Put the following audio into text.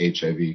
HIV